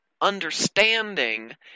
understanding